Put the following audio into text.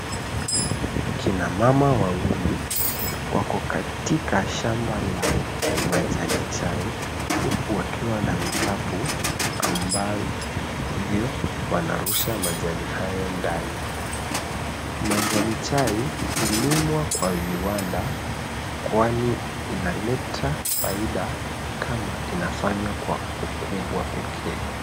Kina mama wawili, wako katika shamba la majani chai, huku wakiwa na vikapu ambavyo wanarusha majani hayo ndani. Majani hulingwa kwa viwanda, kwani inaleta faida kama inafanywa kwa ukubwa pekee.